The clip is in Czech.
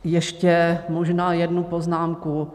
Ještě možná jednu poznámku.